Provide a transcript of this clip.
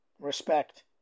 respect